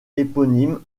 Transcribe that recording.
éponyme